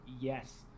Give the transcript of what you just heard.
yes